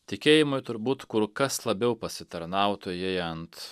tikėjimui turbūt kur kas labiau pasitarnautų jei ant